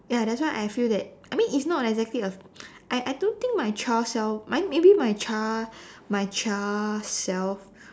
ya that's why I feel that I mean it's not exactly a I I don't think my child self may~ maybe my child my child self